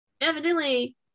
Evidently